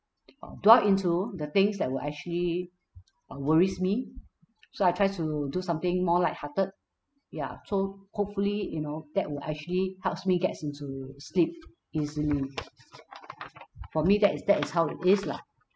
uh dwell into the things that will actually uh worries me so I try to do something more light hearted ya so hopefully you know that will actually helps me gets into sleep easily for me that is that is how it is lah